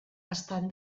estan